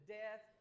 death